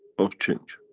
of change.